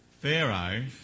Pharaoh